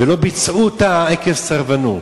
ולא ביצעו אותה עקב סרבנות.